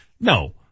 No